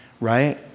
right